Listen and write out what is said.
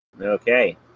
Okay